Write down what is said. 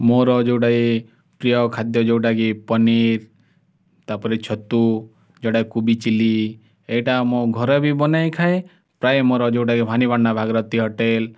ମୋର ଯେଉଁଟାକି ପ୍ରିୟ ଖାଦ୍ୟ ଯେଉଁଟାକି ପନିର ତା' ପରେ ଛତୁ ଯେଉଁଟାକି କୋବି ଚିଲ୍ଲି ଏଇଟା ଆମ ଘରେ ବି ବନେଇକି ଖାଏ ପ୍ରାୟ ମୋର ଯେଉଁଟାକି ଭବାନୀପାଟନା ଭାଗିରଥି ହୋଟେଲ